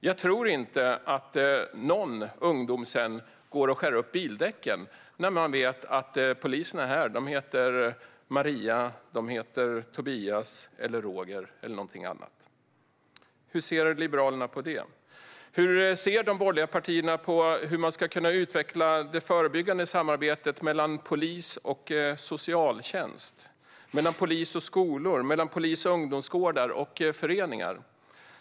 Jag tror inte att någon ungdom sedan går och skär upp bildäcken när man vet att poliserna här heter Maria, Tobias, Roger eller något annat. Hur ser Liberalerna på detta? Hur ser de borgerliga partierna på möjligheten att utveckla det förebyggande samarbetet mellan polis och socialtjänst, mellan polis och skolor, mellan polis och ungdomsgårdar och föreningar?